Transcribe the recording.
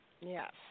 Yes